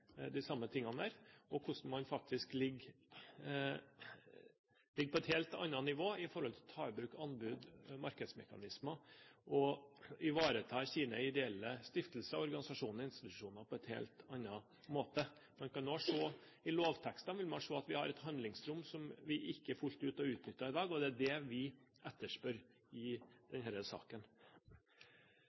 de samme tingene der, og hvordan det faktisk ligger på et helt annet nivå i forhold til å ta i bruk anbud og markedsmekanismer og ivareta sine ideelle stiftelser, organisasjoner og institusjoner. Man kan også i lovtekster se at vi har et handlingsrom vi ikke fullt ut har utnyttet i dag, og det er det vi etterspør i denne saken.